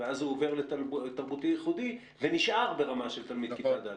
ואז הוא עובר לתרבותי-ייחודי ונשאר ברמה של תלמיד כיתה ד'.